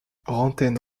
rantaine